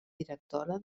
directora